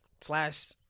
slash